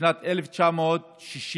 בשנת 1968,